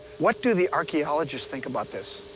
what do the archaeologists think about this?